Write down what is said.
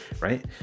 right